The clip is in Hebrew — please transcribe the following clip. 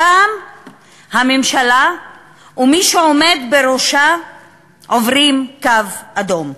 הפעם הממשלה ומי שעומד בראשה עוברים קו אדום.